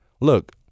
look